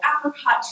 apricot